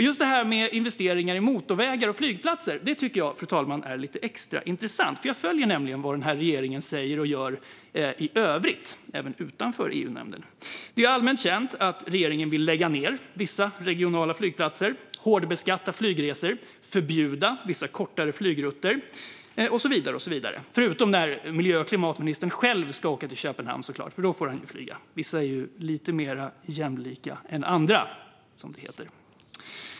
Just investeringar i motorvägar och flygplatser tycker jag, fru talman, är lite extra intressant. Jag följer nämligen vad den här regeringen säger och gör i övrigt, även utanför EU-nämnden. Det är allmänt känt att regeringen vill lägga ned vissa regionala flygplatser, hårdbeskatta flygresor, förbjuda vissa kortare flygrutter och så vidare - förutom när miljö och klimatministern själv ska åka till Köpenhamn. Då får han ju flyga. Vissa är ju lite mer jämlika än andra, som det heter.